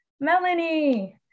Melanie